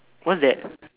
what is that